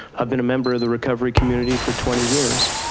i've been a member of the recovery community for twenty years.